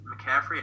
McCaffrey